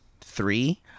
three